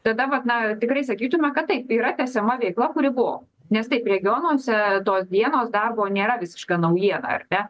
tada vat na tikrai sakytume kad taip yra tęsiama veikla kuri buvo nes taip regionuose tos dienos darbo nėra visiška naujiena ar ne